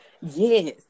Yes